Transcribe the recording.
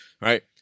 right